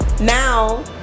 now